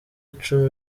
icumi